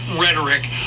rhetoric